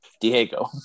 Diego